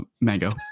Mango